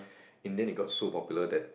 and then they got so popular that